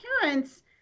parents